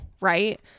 right